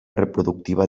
reproductiva